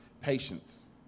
patience